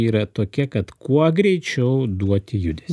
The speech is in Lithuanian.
yra tokia kad kuo greičiau duoti judesį